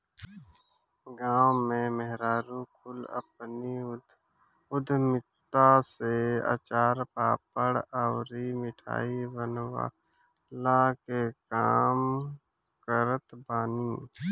गांव में मेहरारू कुल अपनी उद्यमिता से अचार, पापड़ अउरी मिठाई बनवला के काम करत बानी